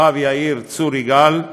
לכוכב יאיר, צור יגאל,